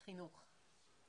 החינוך.